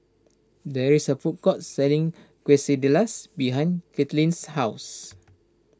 there is a food court selling Quesadillas behind Katlynn's house